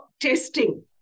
testing